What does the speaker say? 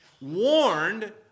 warned